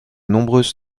nombreuses